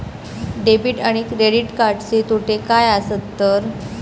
Debit आणि credit कार्डचे तोटे काय आसत तर?